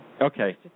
Okay